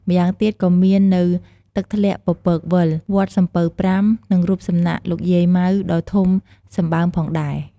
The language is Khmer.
ម្យ៉ាងទៀត ក៏មាននៅទឹកធ្លាក់ពពកវិល វត្តសំពៅប្រាំ និងរូបសំណាកលោកយាយម៉ៅដ៏ធំសម្បើមផងដែរ។